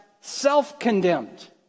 self-condemned